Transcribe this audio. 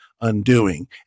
undoing